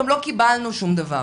גם לא קיבלנו שום דבר,